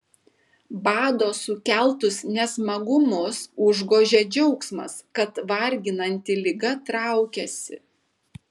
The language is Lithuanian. bado sukeltus nesmagumus užgožia džiaugsmas kad varginanti liga traukiasi